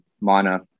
minor